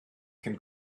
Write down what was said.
can